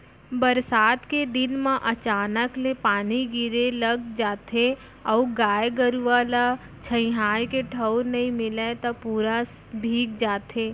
बरसात के दिन म अचानक ले पानी गिरे लग जाथे अउ गाय गरूआ ल छंइहाए के ठउर नइ मिलय त पूरा भींग जाथे